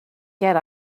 get